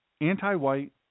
anti-white